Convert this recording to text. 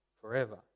forever